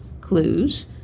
clues